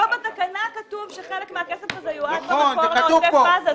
פה בתקנה כתוב שחלק מהכסף הזה יועד במקור לעוטף עזה.